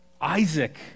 Isaac